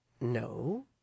No